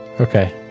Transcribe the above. okay